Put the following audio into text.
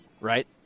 right